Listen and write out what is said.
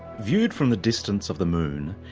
viewed from the distance of the moon,